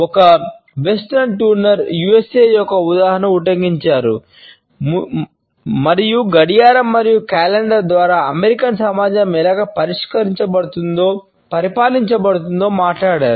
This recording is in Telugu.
ఒక వెస్ట్ మరియు టర్నర్ సమాజం ఎలా పరిపాలించబడుతుందో మాట్లాడారు